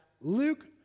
Luke